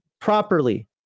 properly